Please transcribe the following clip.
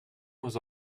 was